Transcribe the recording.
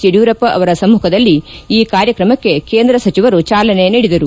ಯಡಿಯೂರಪ್ಪ ಅವರ ಸಮ್ಮಖದಲ್ಲಿ ಈ ಕಾರ್ಯಕ್ರಮಕ್ಕೆ ಕೇಂದ್ರ ಸಚಿವರು ಚಾಲನೆ ನೀಡಿದರು